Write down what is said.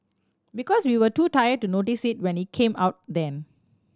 because we were too tired to notice it when it came out then